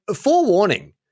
forewarning